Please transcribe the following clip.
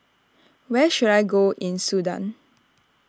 where should I go in Sudan